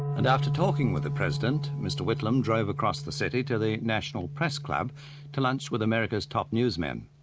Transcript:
and after talking with the president, mr whitlam drove across the city to the national press club to lunch with america's top newsmen.